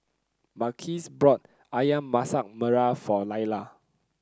Marquise brought ayam Masak Merah for Lailah